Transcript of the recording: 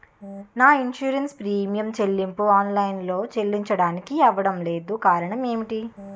నా insurance premium చెల్లింపు online లో చెల్లించడానికి అవ్వడం లేదు కారణం ఏమిటి?